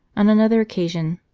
on another occasion,